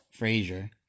Frasier